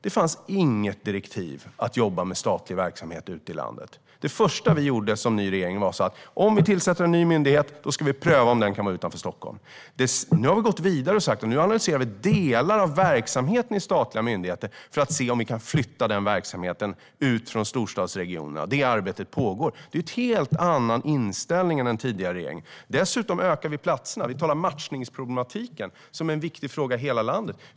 Det fanns inget direktiv att jobba med statlig verksamhet ute i landet. Det första som vi gjorde som ny regering var att säga: Om vi tillsätter en ny myndighet ska vi pröva om den kan vara utanför Stockholm. Nu har vi gått vidare och analyserar delar av verksamheten i statliga myndigheter för att se om vi kan flytta den verksamheten ut från storstadsregionerna. Det arbetet pågår. Det är en helt annan inställning än den tidigare regeringen hade. Dessutom ökar vi platserna. Vi talar om matchningsproblematiken, som är en viktig fråga i hela landet.